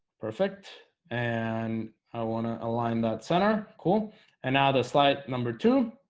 perfect and i want to align that center cool and now the slide number to